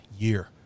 Year